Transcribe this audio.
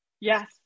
Yes